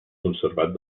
conservat